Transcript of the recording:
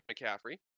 McCaffrey